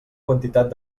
quantitat